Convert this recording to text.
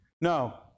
No